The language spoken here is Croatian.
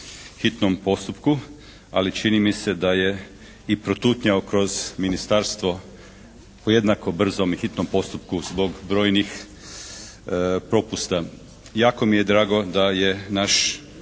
hitnom postupku, ali čini mi se da je i protutnjao kroz ministarstvo po jednako brzom i hitnom postupku zbog brojnih propusta. Jako mi je drago da je naš